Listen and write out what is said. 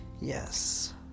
yes